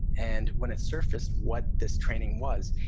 and when it surfaced what this training was,